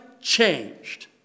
changed